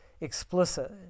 explicit